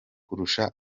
kurusha